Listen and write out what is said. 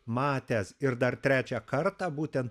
matęs ir dar trečią kartą būtent